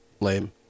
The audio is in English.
Lame